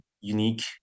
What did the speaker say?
unique